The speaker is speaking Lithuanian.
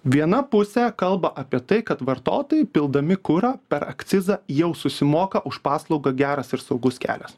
viena pusė kalba apie tai kad vartotojai pildami kurą per akcizą jau susimoka už paslaugą geras ir saugus kelias